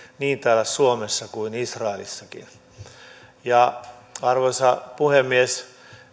niin täällä suomessa kuin israelissakin arvoisa puhemies